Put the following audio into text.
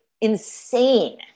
insane